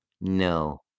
no